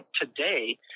today